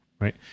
right